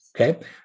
okay